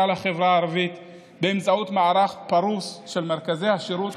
לחברה הערבית באמצעות מערך פרוס של מרכזי השירות